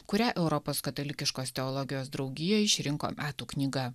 kurią europos katalikiškos teologijos draugija išrinko metų knyga